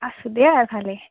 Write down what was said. আছোঁ দে আৰ ভালেই